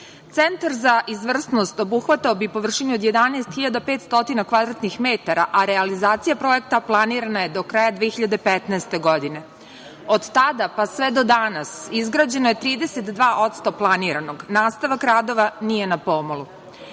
za izvrsnost obuhvatao bi površinu od 11.500 kvadratnih metara, a realizacija projekta planirana je do kraja 2015. godine. Od tada pa sve do danas izgrađeno je 32% planiranog. Nastavak radova nije na